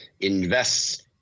invests